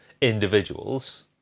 individuals